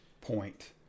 point